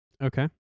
Okay